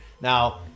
now